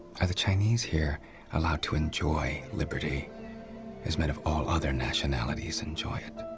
are the chinese here allowed to enjoy liberty as men of all other nationalities enjoy it?